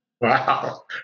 Wow